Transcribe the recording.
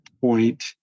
point